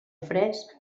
fresc